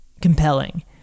compelling